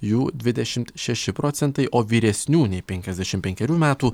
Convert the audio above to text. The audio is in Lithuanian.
jų dvidešimt šeši procentai o vyresnių nei penkiasdešim penkerių metų